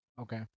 Okay